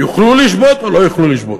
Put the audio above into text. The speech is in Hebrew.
יוכלו לשבות או לא יוכלו לשבות?